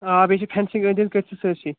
آ بیٚیہِ چھِ فیٚنسِنٛگ أنٛدۍ أنٛدۍ کٔرِتھ چھِ سٲرسٕے